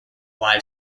live